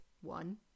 one